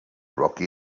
rocky